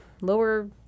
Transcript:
lower